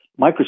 Microsoft